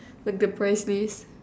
like the price list